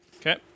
Okay